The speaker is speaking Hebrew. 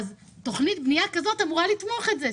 תכנית בנייה כזאת אמורה לתמוך בזה.